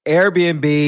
Airbnb